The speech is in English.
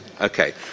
Okay